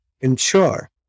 ensure